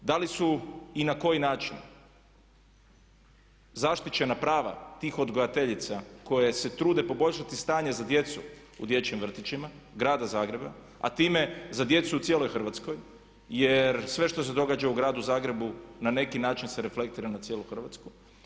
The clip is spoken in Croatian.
Da li su i na koji način zaštićena prava tih odgajateljica koje se trude poboljšati stanje za djecu u dječjim vrtićima Grada Zagreba a time za djecu u cijeloj Hrvatskoj jer sve što se događa u Gradu Zagrebu na neki način se reflektira na cijelu Hrvatsku?